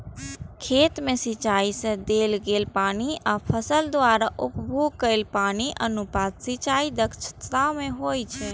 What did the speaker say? खेत मे सिंचाइ सं देल गेल पानि आ फसल द्वारा उपभोग कैल पानिक अनुपात सिंचाइ दक्षता होइ छै